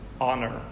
honor